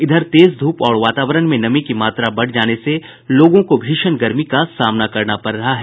इधर तेज धूप और वातावरण में नमी की मात्रा बढ़ जाने से लोगों को भीषण गर्मी का सामना करना पड़ रहा है